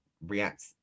react